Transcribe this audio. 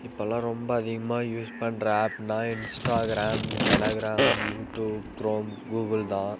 இப்போலாம் ரொம்ப அதிகமாக யூஸ் பண்ற ஆப்னால் Instagram Telegram YouTube Chrome Google தான்